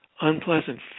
unpleasant